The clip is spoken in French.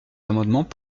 amendements